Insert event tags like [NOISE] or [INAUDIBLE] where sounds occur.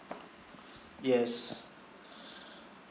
yes [BREATH]